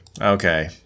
Okay